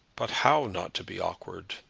but how not to be awkward?